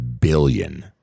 billion